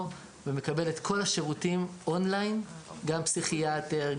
ומקבל את כל השירותים אונליין גם פסיכיאטר,